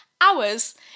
Hours